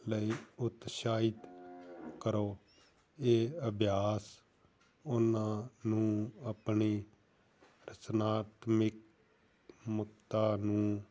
ਲਈ ਉਤਸਾਹਿਤ ਕਰੋ ਇਹ ਅਭਿਆਸ ਉਹਨਾਂ ਨੂੰ ਆਪਣੀ ਰਚਨਾਤਮਕ ਮੁਖਤਾਰ ਨੂੰ